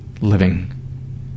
living